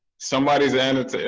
somebody's annot.